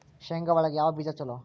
ಶೇಂಗಾ ಒಳಗ ಯಾವ ಬೇಜ ಛಲೋ?